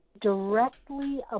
directly